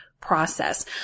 process